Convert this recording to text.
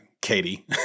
Katie